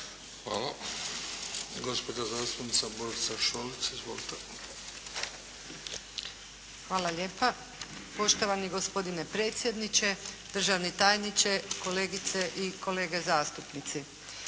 Hvala. Gospođa zastupnica Božica Šolić. Izvolite. **Šolić, Božica (HDZ)** Hvala lijepa. Poštovani gospodine predsjedniče, državni tajniče, kolegice i kolege zastupnici.